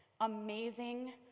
amazing